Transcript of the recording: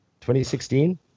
2016